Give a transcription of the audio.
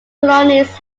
colonies